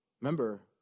Remember